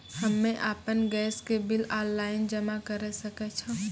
हम्मे आपन गैस के बिल ऑनलाइन जमा करै सकै छौ?